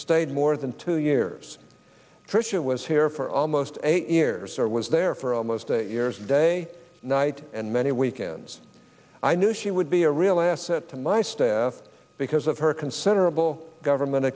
stayed more than two years trisha was here for almost eight years or was there for almost eight years day night and many weekends i knew she would be a real asset to my staff because of her considerable government